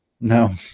no